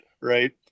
right